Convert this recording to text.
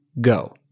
go